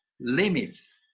limits